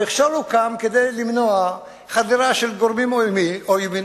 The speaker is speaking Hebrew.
המכשול הוקם כדי למנוע חדירה של גורמים עוינים,